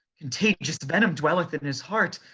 contagious venom dwelleth in his heart,